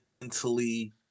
mentally